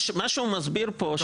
מה שהוא מסביר פה,